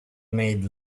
made